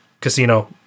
Casino